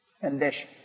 condition